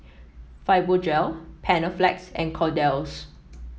Fibogel Panaflex and Kordel's